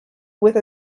with